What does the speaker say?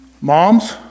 Moms